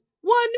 one